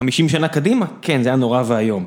50 שנה קדימה? כן, זה היה נורא ואיום.